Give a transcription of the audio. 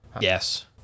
Yes